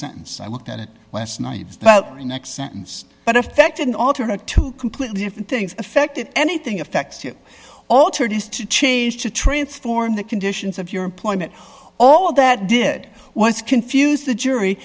sentence i looked at it last night but next sentence but effect an alternate to completely different things affected anything affects you altered is to change to transform the conditions of your employment all that did was confuse the jury